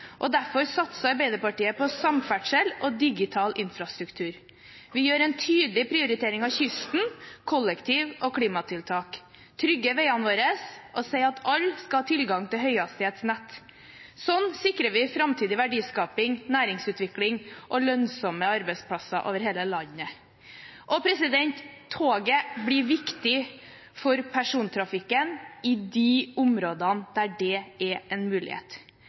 effektiv. Derfor satser Arbeiderpartiet på samferdsel og digital infrastruktur. Vi gjør en tydelig prioritering av kysten, kollektivtransport og klimatiltak. Vi trygger veiene våre og sier at alle skal ha tilgang til høyhastighetsnett. Sånn sikrer vi framtidig verdiskaping, næringsutvikling og lønnsomme arbeidsplasser over hele landet. Toget blir viktig for persontrafikken i områdene der det er en mulighet.